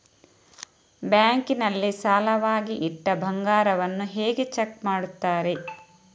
Bank ನಲ್ಲಿ ಸಾಲವಾಗಿ ಇಟ್ಟ ಬಂಗಾರವನ್ನು ಹೇಗೆ ಚೆಕ್ ಮಾಡುತ್ತಾರೆ?